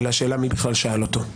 אלא השאלה היא מי בכלל שאל אותו.